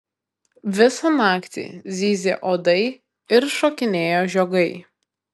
visą naktį zyzė uodai ir šokinėjo žiogai